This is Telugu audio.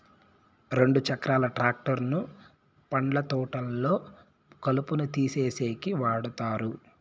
రెండు చక్రాల ట్రాక్టర్ ను పండ్ల తోటల్లో కలుపును తీసేసేకి వాడతారు